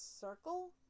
circle